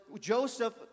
joseph